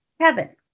Kevin